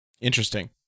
Interesting